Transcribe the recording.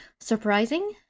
Surprising